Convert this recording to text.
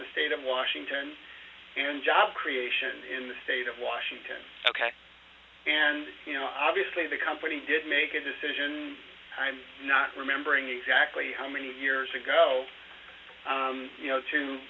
the state of washington and job creation in the state of washington ok and you know obviously the company did make a decision i'm not remembering exactly how many years ago you know to